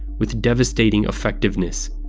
with devastating effectiveness.